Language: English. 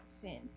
sin